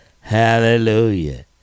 Hallelujah